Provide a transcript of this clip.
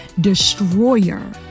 destroyer